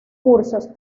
cursos